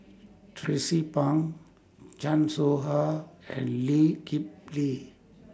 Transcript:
Tracie Pang Chan Soh Ha and Lee Kip Lee